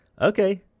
okay